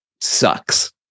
sucks